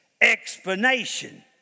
explanation